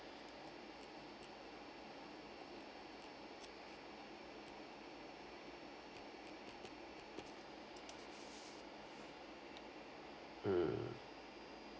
mm